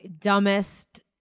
dumbest